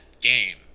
game